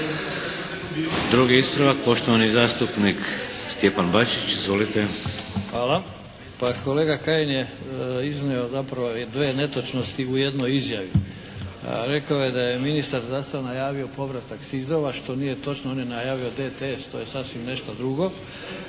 Drugi ispravak poštovani zastupnik Stjepan Bačić. Izvolite! **Bačić, Stjepan (HDZ)** Hvala. Pa kolega Kajin je iznio zapravo dvije netočnosti u jednoj izjavi. Rekao je da je ministar zdravstva najavio povratak SIZ-ova što nije točno. On je najavio DTS. To je nešto sasvim drugo.